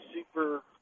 super